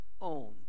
own